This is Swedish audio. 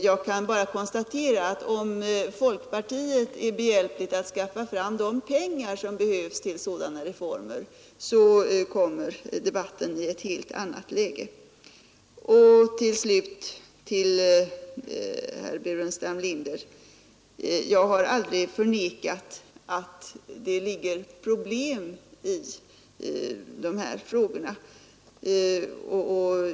Jag kan bara konstatera att om folkpartiet är behjälpligt med att skaffa fram de pengar som behövs till sådana reformer så kommer debatten i ett helt annat läge. Till slut vill jag vända mig till herr Burenstam Linder. Jag har aldrig förnekat att det ligger problem i de här frågorna.